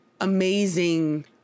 amazing